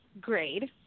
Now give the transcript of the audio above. grade